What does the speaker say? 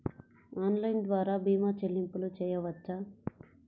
Online ద్వార భీమా చెల్లింపులు చేయవచ్చా?